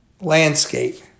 landscape